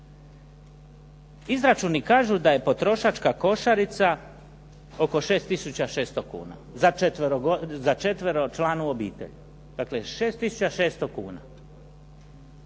Izračuni kažu da je potrošačka košarica oko 6 600 kuna za četveročlanu obitelj, dakle 6 tisuća